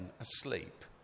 asleep